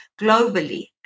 globally